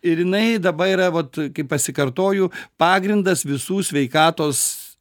ir jinai dabar yra vat kaip pasikartoju pagrindas visų sveikatos